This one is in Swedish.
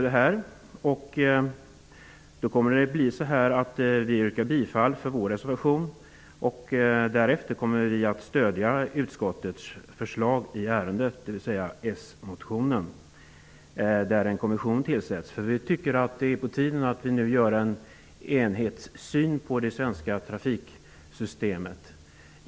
Därför yrkar vi bifall till vår reservation. Men vi kommer att stödja utskottets hemställan. Vi kommer alltså att stödja Socialdemokraternas motion som handlar om att en kommission skall tillsättas. Det är på tiden att vi har en enhetlig syn på det svenska trafiksystemet.